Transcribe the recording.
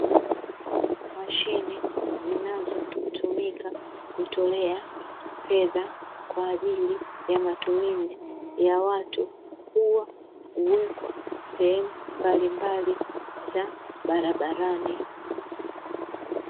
Mashine zinazotumika kutolea fedha kwaajili ya matumizi ya watu huwa huwekwa sehemu mbalimbali za barabarani.